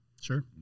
Sure